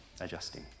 adjusting